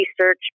research